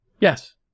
Yes